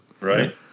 right